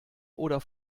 oder